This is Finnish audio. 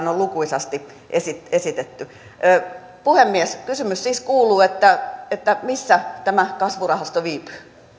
on lukuisasti esitetty puhemies kysymys siis kuuluu missä tämä kasvurahasto viipyy